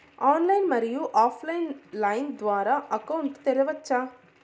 Online, మరియు off line line ద్వారా account తెరవచ్చా?